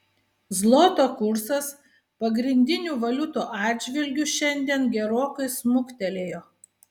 zloto kursas pagrindinių valiutų atžvilgiu šiandien gerokai smuktelėjo